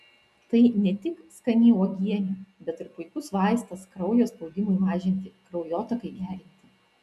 tai ne tik skani uogienė bet ir puikus vaistas kraujo spaudimui mažinti kraujotakai gerinti